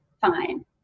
fine